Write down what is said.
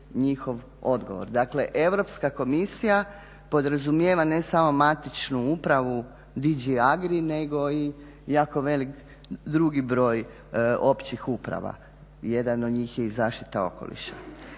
Dakle, Europska komisija podrazumijeva ne samo matičnu upravu DG agri nego i jako velik drugi broj općih uprava. Jedan od njih je i zaštita okoliša.